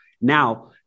Now